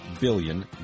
billion